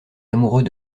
amoureux